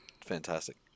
Fantastic